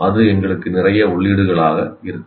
அது எங்களுக்கு நிறைய உள்ளீடுகளாக இருக்கும்